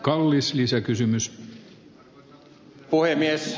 arvoisa herra puhemies